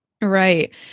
Right